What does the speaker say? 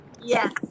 Yes